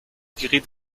geriet